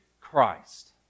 Christ